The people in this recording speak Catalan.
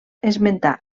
esmentar